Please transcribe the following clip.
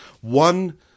One